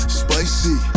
spicy